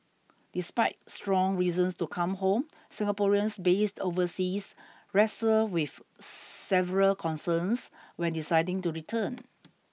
despite strong reasons to come home Singaporeans based overseas wrestle with several concerns when deciding to return